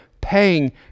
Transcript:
paying